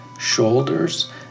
shoulders